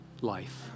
life